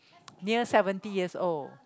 near seventy years old